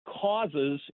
causes